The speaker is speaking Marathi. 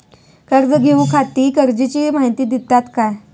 कर्ज घेऊच्याखाती गरजेची माहिती दितात काय?